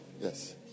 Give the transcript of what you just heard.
Yes